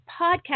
podcast